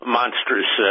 monstrous